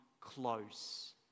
close